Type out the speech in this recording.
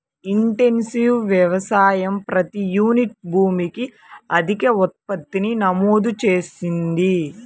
intensive వ్యవసాయం ప్రతి unit భూమికి అధిక ఉత్పత్తిని నమోదు చేసింది